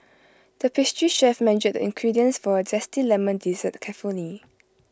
the pastry chef measured the ingredients for A Zesty Lemon Dessert carefully